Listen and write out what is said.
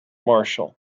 marshall